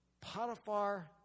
Potiphar